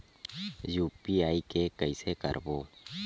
UPI के कइसे करबो?